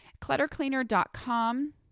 Cluttercleaner.com